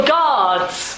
guards